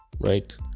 Right